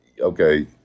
okay